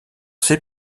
ses